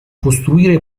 costruire